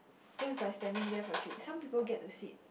just by standing there for treat some people get to sit